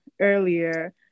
earlier